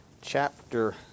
chapter